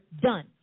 done